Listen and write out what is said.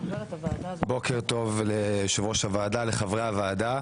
בוקר טוב ליושב ראש הוועדה ולחברי הוועדה.